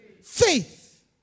Faith